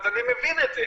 אני מבין את זה,